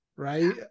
right